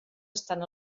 estan